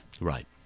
Right